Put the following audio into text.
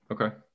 okay